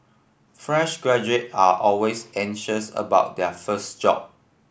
fresh graduate are always anxious about their first job